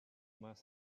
must